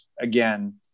Again